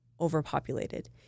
overpopulated